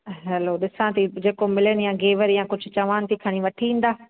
हलो ॾिसां थी जेको मिलनि या गेवर या कुझु चवान थी खणी वठी ईंदा